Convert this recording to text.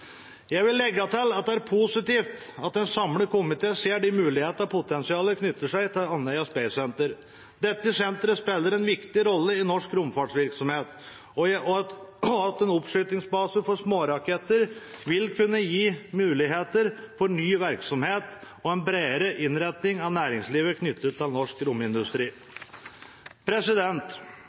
Jeg vil legge til at det er positivt at en samlet komité ser de mulighetene og det potensialet som knytter seg til Andøya Space Center. Dette senteret spiller en viktig rolle i norsk romfartsvirksomhet, og en oppskytningsbase for småraketter vil kunne gi muligheter for ny virksomhet og en bredere innretning av næringslivet knyttet til norsk romindustri.